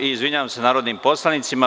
Izvinjavam se narodnim poslanicima.